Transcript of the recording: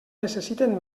necessiten